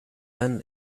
then